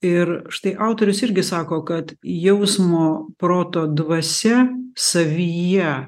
ir štai autorius irgi sako kad jausmo proto dvasia savyje